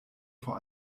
vor